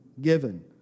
given